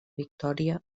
victòria